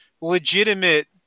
legitimate